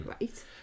Right